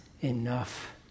enough